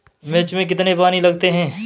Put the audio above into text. मिर्च में कितने पानी लगते हैं?